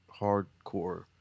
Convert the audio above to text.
hardcore